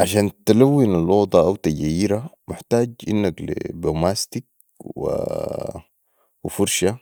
عشان تلون الاوضه او تجيرا محتاج لي بوماستك و فرشة